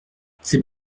c’est